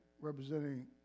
representing